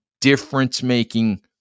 difference-making